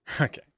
Okay